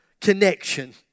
connection